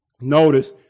Notice